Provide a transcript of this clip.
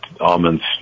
almonds